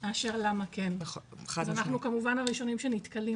מאשר למה כן, אז אנחנו כמובן הראשונים שנתקלים